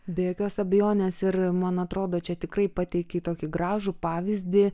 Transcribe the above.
be jokios abejonės ir man atrodo čia tikrai pateikei tokį gražų pavyzdį